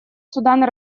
судана